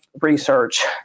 research